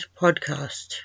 Podcast